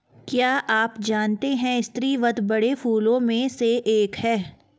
क्या आप जानते है स्रीवत बड़े फूलों में से एक है